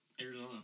Arizona